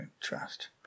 trust